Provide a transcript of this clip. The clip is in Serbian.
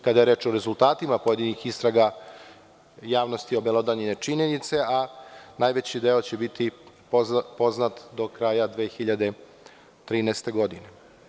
Kada je reč o rezultatima, pojedinih istraga, javnosti su obelodanjene činjenice, a najveći deo će biti poznat do kraja 2013. godine.